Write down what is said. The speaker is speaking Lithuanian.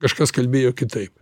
kažkas kalbėjo kitaip